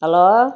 hello